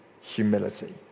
humility